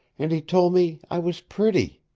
and he told me i was pretty!